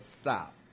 Stop